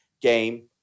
game